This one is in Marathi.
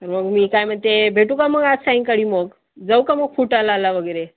तर मग मी काय म्हणते भेटू का मग आज सायंकाळी मग जाऊ का मग फुटाळाला वगैरे